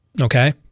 Okay